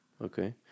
Okay